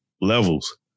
levels